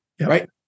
right